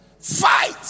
Fight